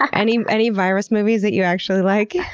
any any virus movies that you actually like?